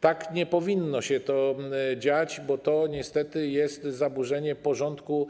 Tak nie powinno się to dziać, bo to niestety jest zaburzenie porządku